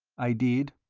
i did.